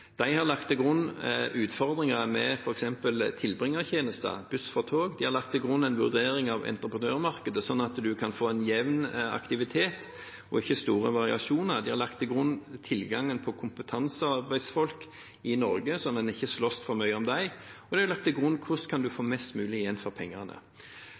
De har lagt til grunn utfordringer med f.eks. tilbringertjenester, buss for tog. De har lagt til grunn en vurdering av entreprenørmarkedet, slik at en kan få en jevn aktivitet og ikke store variasjoner. De har lagt til grunn tilgang på kompetansearbeidsfolk i Norge, så en ikke slåss for mye om dem, og de har lagt til grunn hvordan en kan få mest mulig igjen for pengene.